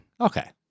Okay